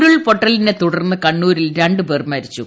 ഉരുൾപൊട്ടലിനെ തുടർന്ന് കണ്ണൂരിൽ രണ്ടു പേർ മരിച്ചു